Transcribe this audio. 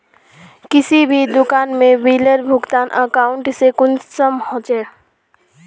किसी भी दुकान में बिलेर भुगतान अकाउंट से कुंसम होचे?